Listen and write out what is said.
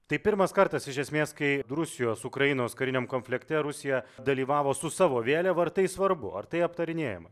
tai pirmas kartas iš esmės kai rusijos ukrainos kariniam konflikte rusija dalyvavo su savo vėliava ar tai svarbu ar tai aptarinėjama